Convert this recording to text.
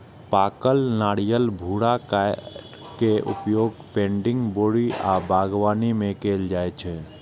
पाकल नारियलक भूरा कॉयर के उपयोग पैडिंग, बोरी आ बागवानी मे कैल जाइ छै